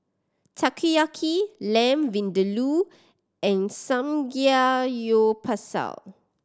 Takoyaki Lamb Vindaloo and Samgyeopsal